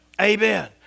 Amen